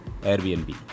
Airbnb